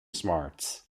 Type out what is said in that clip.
smart